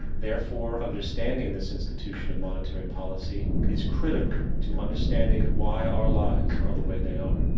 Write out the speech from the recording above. therefore, understanding this institution of monetary policy is critical to understanding why our lives are the way they are.